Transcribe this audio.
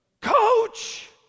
Coach